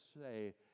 say